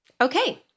Okay